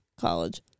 college